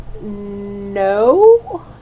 No